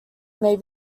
may